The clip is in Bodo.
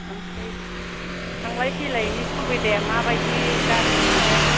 आमफ्राइ थांलाय फैलायनि सुबिदाया माबायदि गारि मोनगोन